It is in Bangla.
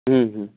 হুম হুম